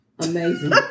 Amazing